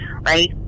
right